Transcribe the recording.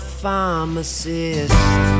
pharmacist